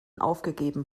aufgegeben